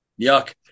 Yuck